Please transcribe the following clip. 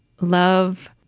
love